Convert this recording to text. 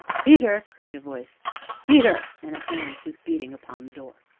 peter! cried a voice peter! and a hand was beating upon the door.